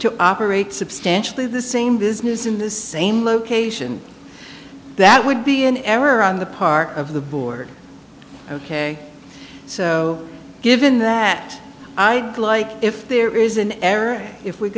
to operate substantially the same business in the same location that would be an error on the part of the board ok so given that i feel like if there is an error if we